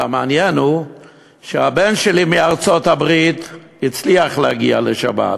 והמעניין הוא שהבן שלי מארצות-הברית הצליח להגיע לשבת,